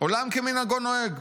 עולם כמנהגו נוהג,